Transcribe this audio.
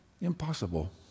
impossible